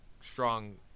strong